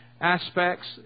aspects